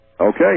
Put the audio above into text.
Okay